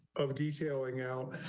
of detailing out